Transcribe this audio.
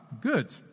good